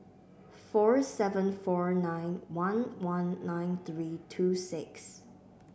four seven four nine one one nine three two six